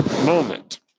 moment